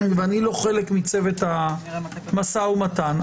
ואני לא חלק מצוות המשא ומתן,